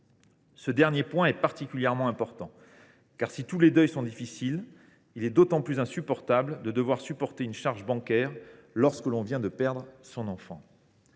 Ce dernier point est particulièrement important, car, si tous les deuils sont difficiles, il est d’autant plus insupportable de s’acquitter de frais bancaires lorsque l’on vient de perdre son enfant.